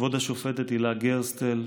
לכבוד השופטת הילה גרסטל,